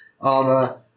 armor